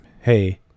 Hey